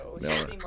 No